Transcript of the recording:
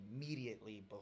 immediately